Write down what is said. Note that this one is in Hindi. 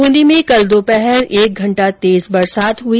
बूंदी में दोपहर में एक घंटा तेज बरसात हुई